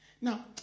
Now